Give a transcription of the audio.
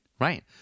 Right